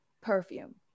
perfume